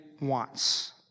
wants